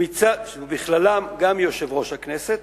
בכללם גם יושב-ראש הכנסת,